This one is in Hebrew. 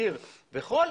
גיר וחול,